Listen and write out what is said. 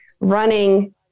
running